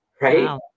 right